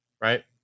right